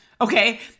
okay